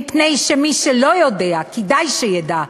מפני שמי שלא יודע כדאי שידע,